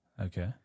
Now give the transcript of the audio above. Okay